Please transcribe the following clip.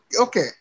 Okay